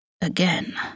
again